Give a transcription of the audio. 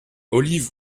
olive